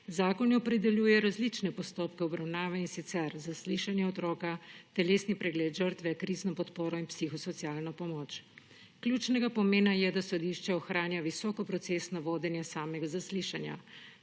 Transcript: Zakon opredeljuje različne postopke obravnave, in sicer zaslišanje otroka, telesni pregled žrtve, krizno podporo in psihosocialno pomoč. Ključnega pomena je, da sodišče ohranja visoko procesno vodenje samega zaslišanja.